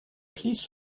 please